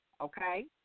okay